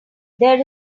there